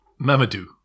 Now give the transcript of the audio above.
Mamadou